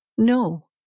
No